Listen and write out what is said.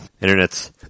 Internet's